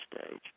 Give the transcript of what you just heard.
stage